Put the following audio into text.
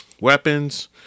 weapons